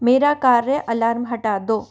मेरा कार्य अलार्म हटा दो